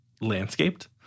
landscaped